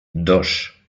dos